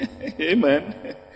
Amen